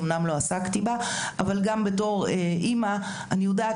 אמנם לא עסקתי בה אבל גם בתור אימא אני יודעת